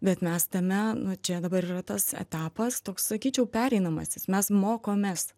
bet mes tame nu čia dabar yra tas etapas toks sakyčiau pereinamasis mes mokomės